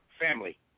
family